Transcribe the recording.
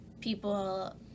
people